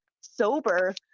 sober